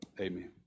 Amen